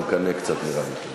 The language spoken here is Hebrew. לא מקשיבות.